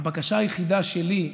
הבקשה היחידה שלי,